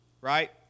right